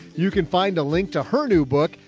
you can find a link to her new book,